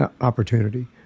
opportunity